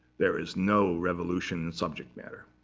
there is no revolution in subject matter.